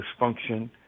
dysfunction